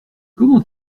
comment